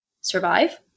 survive